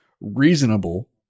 reasonable